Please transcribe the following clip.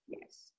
yes